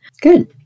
good